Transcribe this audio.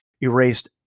erased